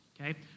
Okay